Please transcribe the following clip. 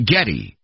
Getty